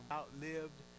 outlived